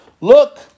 Look